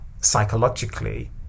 psychologically